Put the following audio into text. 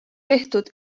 tehtud